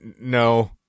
no